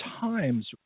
times